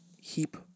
Heap